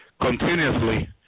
continuously